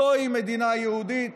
זוהי מדינה יהודית,